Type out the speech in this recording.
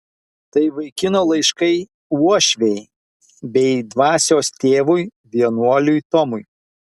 tai vaikino laiškai uošvei bei dvasios tėvui vienuoliui tomui